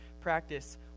practice